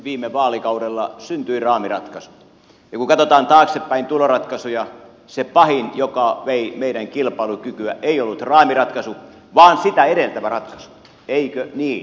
viime vaalikaudella syntyi raamiratkaisu ja kun katsotaan taaksepäin tuloratkaisuja se pahin joka vei meidän kilpailukykyä ei ollut raamiratkaisu vaan sitä edeltävä ratkaisu eikö niin